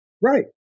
Right